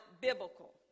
biblical